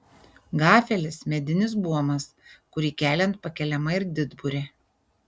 gafelis medinis buomas kurį keliant pakeliama ir didburė